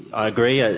i agree, ah